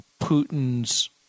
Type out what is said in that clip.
Putin's